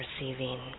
receiving